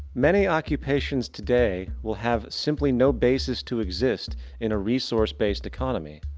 many occupations today will have simply no basis to exist in a resourced based economy.